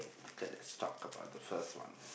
kay let's talk about the first one